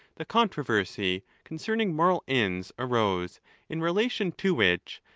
the controversy concerning moral ends arose in relation to which,